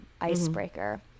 icebreaker